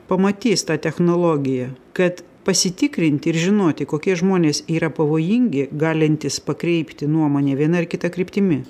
pamatys tą technologiją kad pasitikrinti ir žinoti kokie žmonės yra pavojingi galintys pakreipti nuomonę viena ar kita kryptimi